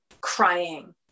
crying